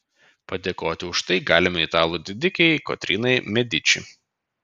padėkoti už tai galime italų didikei kotrynai mediči